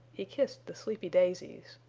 he kissed the sleepy daisies.